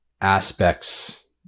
aspects